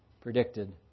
predicted